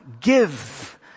give